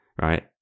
right